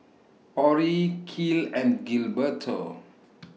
Orrie Kiel and Gilberto